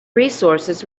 resources